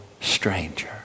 stranger